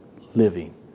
living